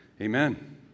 Amen